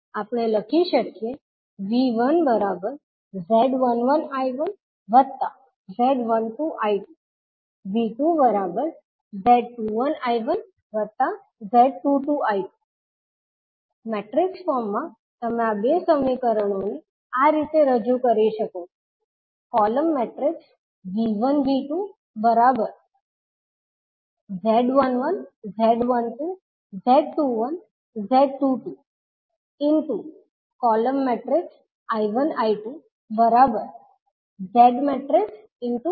આપણે લખી શકીએ V1 Z11I1 Z12I2 V2 Z21I1 Z22I2 matrix form માં તમે આ બે સમીકરણોને તરીકે રજૂ કરી શકો છો